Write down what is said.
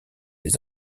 des